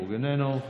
איננו,